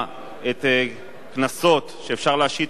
(תיקון,